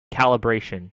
calibration